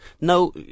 no